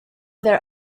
their